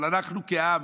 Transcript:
אבל אנחנו כעם